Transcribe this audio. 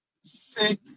sick